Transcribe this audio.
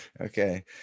Okay